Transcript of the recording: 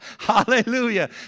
Hallelujah